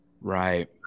Right